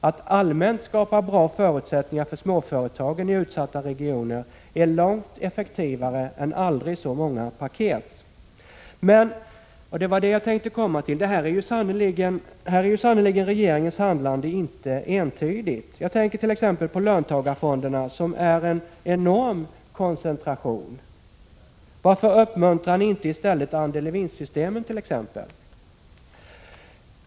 Att allmänt skapa bra förutsättningar för småföretagen i utsatta regioner är långt effektivare än aldrig så många paket. I detta avseende är emellertid inte regeringens handlande entydigt. Jag tänker t.ex. på löntagarfonderna som innebär en enorm koncentration. Varför uppmuntrar ni i stället inte t.ex. andel i vinstsystemen?